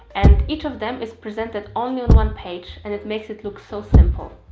and each of them is presented only on one page and it makes it look so simple.